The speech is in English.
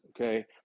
okay